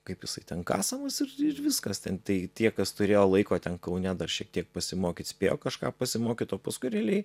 kaip jisai ten kasamas ir ir viskas ten tai tie kas turėjo laiko ten kaune dar šiek tiek pasimokyt spėjo kažką pasimokyt o paskui realiai